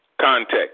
context